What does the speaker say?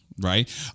Right